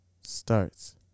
starts